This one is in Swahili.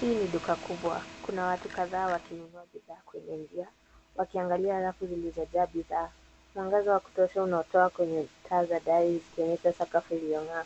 Hii ni duka kubwa. Kuna watu kadhaa wakinunua bidhaa kwenye njia wakiangalia rafu zilizojaa bidhaa. Mwangaza wa kutosha unatoka kwenye taa za dari ukionyesha sakafu iliyong'aa.